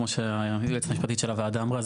כמו שהיועצת המשפטית של הוועדה אמרה,